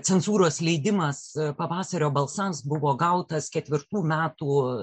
cenzūros leidimas pavasario balsams buvo gautas ketvirtų metų